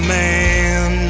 man